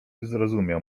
zrozumiał